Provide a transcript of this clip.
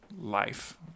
life